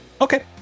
Okay